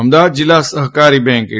અમદાવાદ જિલ્લા સહકારી બેન્ક એ